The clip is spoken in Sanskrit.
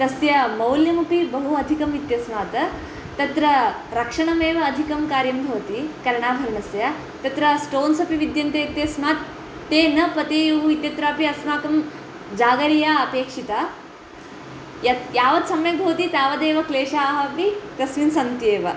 तस्य मौल्यमपि बहु अधिकम् इत्यस्मात् तत्र रक्षणमेव अधिकं कार्यं भवति कर्णाभरणस्य तत्र स्टोन्स् अपि विद्यते इत्यस्मात् ते न पतेयुः इत्यत्रापि अस्माकं जागरिय अपेक्षित य यावत् सम्यक् भवति तावदेव क्लेशाः अपि तस्मिन् सन्ति एव